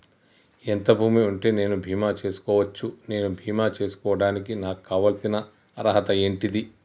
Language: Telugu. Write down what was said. ఎంత భూమి ఉంటే నేను బీమా చేసుకోవచ్చు? నేను బీమా చేసుకోవడానికి నాకు కావాల్సిన అర్హత ఏంటిది?